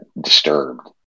disturbed